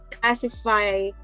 classify